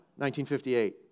1958